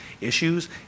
issues